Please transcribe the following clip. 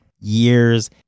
years